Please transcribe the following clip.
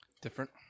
Different